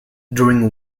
during